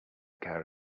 care